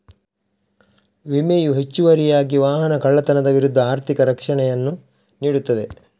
ವಿಮೆಯು ಹೆಚ್ಚುವರಿಯಾಗಿ ವಾಹನದ ಕಳ್ಳತನದ ವಿರುದ್ಧ ಆರ್ಥಿಕ ರಕ್ಷಣೆಯನ್ನು ನೀಡುತ್ತದೆ